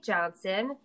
Johnson